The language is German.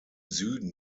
süden